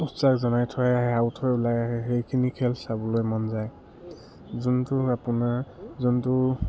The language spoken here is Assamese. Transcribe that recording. উৎসাহ জনাই থৈ আহে আউট হৈ ওলাই আহে সেইখিনি খেল চাবলৈ মন যায় যোনটো আপোনাৰ যোনটো